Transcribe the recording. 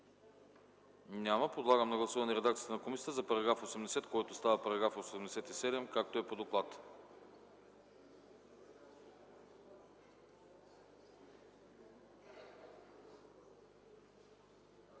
Няма. Подлагам на гласуване редакцията на комисията за § 65, който става § 83, както е по доклад.